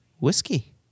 whiskey